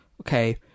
okay